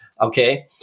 Okay